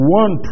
one